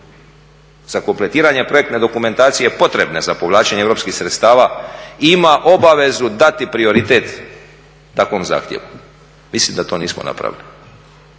sa kompletiranja projekte dokumentacija potrebne za povlačenje europskih sredstava ima obavezu dati prioritet takvom zahtjevu. Mislim da to nismo napravili.